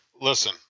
listen